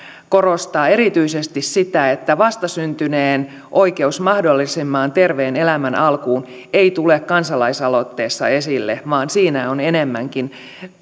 korostaa erityisesti sitä että vastasyntyneen oikeus mahdollisimman terveen elämän alkuun ei tule kansalaisaloitteessa esille vaan siinä on enemmänkin